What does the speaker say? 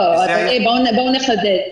בואו נחדד.